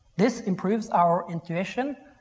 this improves our intuition